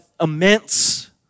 immense